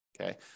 okay